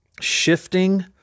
shifting